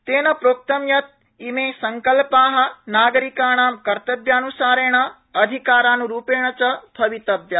तेन प्रोक्त यत् इमे संकल्पा नागरिकाणां कर्तव्यानुसारेण अधिकारानुरूपेण च भवितव्या